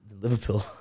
Liverpool